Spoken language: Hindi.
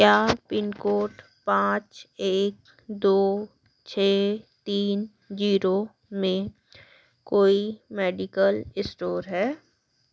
क्या पिन कोड पाँच एक दो छः तीन जीरो में कोई मेडिकल स्टोर हैं